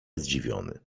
zdziwiony